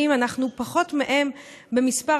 בבקשה,